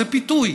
זה פיתוי,